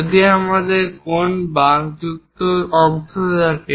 যদি আমাদের কোণ বাঁকযুক্ত অংশ থাকে